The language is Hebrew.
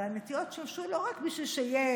אבל הנטיעות שימשו לא רק בשביל שיהיו